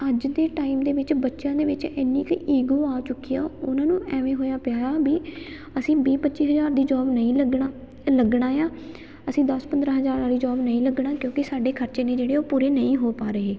ਅੱਜ ਦੇ ਟਾਈਮ ਦੇ ਵਿੱਚ ਬੱਚਿਆਂ ਦੇ ਵਿੱਚ ਇੰਨੀ ਕੁ ਈਗੋ ਆ ਚੁੱਕੀ ਆ ਉਹਨਾਂ ਨੂੰ ਐਵੇਂ ਹੋਇਆ ਪਿਆ ਆ ਵੀ ਅਸੀਂ ਵੀਹ ਪੱਚੀ ਹਜ਼ਾਰ ਦੀ ਜੋਬ ਨਹੀਂ ਲੱਗਣਾ ਲੱਗਣਾ ਆ ਅਸੀਂ ਦਸ ਪੰਦਰਾਂ ਹਜ਼ਾਰ ਵਾਲੀ ਜੋਬ ਨਹੀਂ ਲੱਗਣਾ ਕਿਉਂਕਿ ਸਾਡੇ ਖਰਚੇ ਨੇ ਜਿਹੜੇ ਉਹ ਪੂਰੇ ਨਹੀਂ ਹੋ ਪਾ ਰਹੇ